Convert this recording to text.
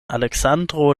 aleksandro